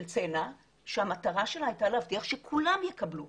-- של צנע שהמטרה שלה הייתה שכולם יקבלו.